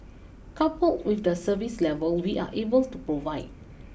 coupled with the service level we are able to provide